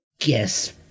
Yes